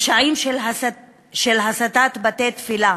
הפשעים של הצתת בתי-תפילה